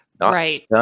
Right